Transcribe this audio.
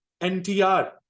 NTR